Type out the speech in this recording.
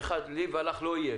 ואחד, לי ולך לא יהיה.